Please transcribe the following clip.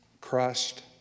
crushed